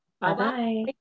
Bye-bye